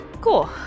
Cool